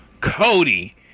Cody